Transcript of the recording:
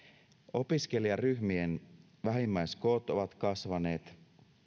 opiskelijaryhmien vähimmäiskoot ovat kasvaneet